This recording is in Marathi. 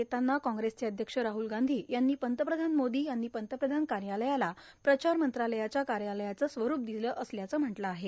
यावर प्रतिक्रिया देताना काँग्रेसचे अध्यक्ष राहूल गांधी यांनी पंतप्रधान मोदी यांनी पंतप्रधान कार्यालयाला प्रचार मंत्रालयाच्या कार्यालयाचं स्वरूप दिलं असल्याचं म्हटलं आहे